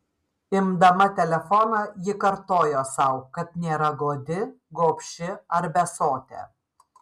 imdama telefoną ji kartojo sau kad nėra godi gobši ar besotė